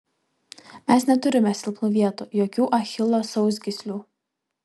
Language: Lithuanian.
mes neturime silpnų vietų jokių achilo sausgyslių